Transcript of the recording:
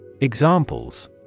Examples